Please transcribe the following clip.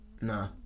nah